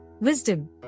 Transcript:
wisdom